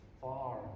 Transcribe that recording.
far